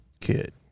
kid